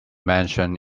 mentioned